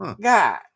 God